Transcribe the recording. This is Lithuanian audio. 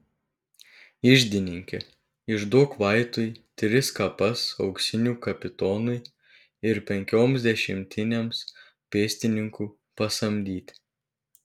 iždininke išduok vaitui tris kapas auksinų kapitonui ir penkioms dešimtinėms pėstininkų pasamdyti